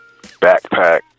backpack